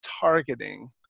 targeting